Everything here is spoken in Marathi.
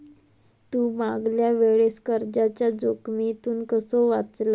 तू मागल्या वेळेस कर्जाच्या जोखमीतून कसो वाचलस